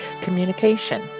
communication